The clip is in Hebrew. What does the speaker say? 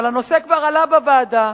אבל הנושא כבר עלה בוועדה,